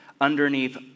Underneath